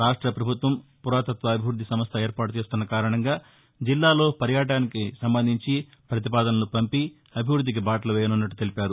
రాష్టపభుత్వం పురాతత్వ అభివృద్ది సంస్థ ఏర్పాటు చేస్తున్న కారణంగా జిల్లాలో పర్యాటకానికి సంబంధించి పతిపాదనలు పంపి అభివృద్దికి బాటలు వేయనున్నట్ల తెలిపారు